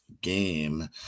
game